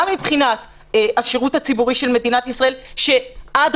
-- גם מבחינת השירות הציבורי של מדינת ישראל שאדרבה